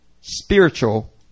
spiritual